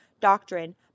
doctrine